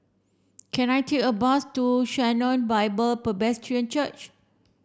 can I take a bus to Sharon Bible Presbyterian Church